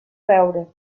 veure